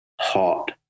hot